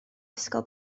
ysgol